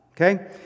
Okay